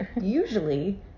usually